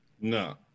No